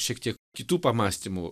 šiek tiek kitų pamąstymų